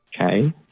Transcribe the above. okay